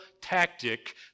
tactic